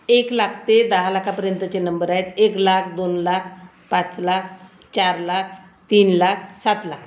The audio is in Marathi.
एक लाख ते दहा लाखापर्यंतचे नंबर आहेत एक लाख दोन लाख पाच लाख चार लाख तीन लाख सात लाख